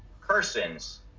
persons